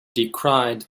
decried